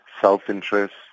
self-interest